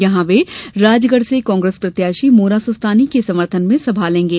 यहां वे राजगढ़ से कांग्रेस प्रत्याशी मोना सुस्तानी के समर्थन में सभा लेंगे